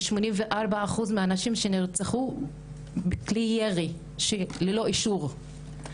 ו-84% שנרצחו מכלי ירי ללא אישור.